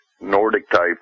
Nordic-type